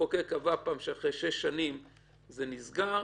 המחוקק קבע פעם שאחרי שש שנים זה נסגר.